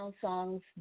songs